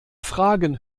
fragen